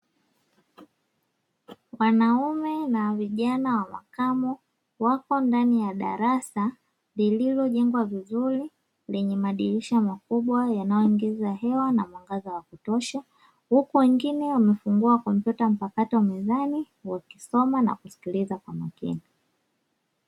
Wanaume na vijana wa makamo. Wapo ndani ya darasa lililojengwa vizuri, lenye madirisha makubwa yanayoingiza hewa na mwangaza wa kutosha. Huku wengine wamefungua kompyuta mpakato mezani, wakisoma na kusikiliza kwa umakini.